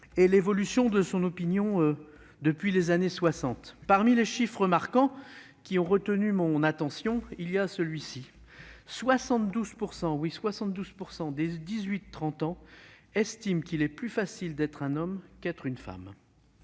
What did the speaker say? de l'opinion des jeunes depuis les années 1960. Parmi les chiffres marquants qui ont retenu mon attention, il y a celui-ci : 72 %- oui, 72 %! -des 18-30 ans estiment qu'il est plus facile d'être un homme qu'une femme.